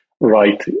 right